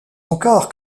encore